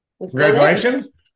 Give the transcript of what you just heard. Congratulations